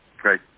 Great